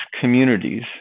communities